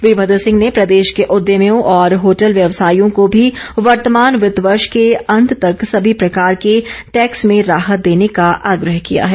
वीरभद्र सिंह ने प्रदेश के उद्यमियों और होटल व्यवसायियों को भी वर्तमान वित्त वर्ष के अंत तक सभी प्रकार के टैक्स में राहत देने का आग्रह किया है